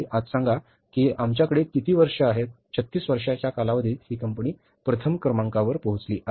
आज सांगा की आमच्याकडे किती वर्षे आहेत 36 वर्षांचा कालावधीत हि कंपनी प्रथम क्रमांकावर पोहोचली आहे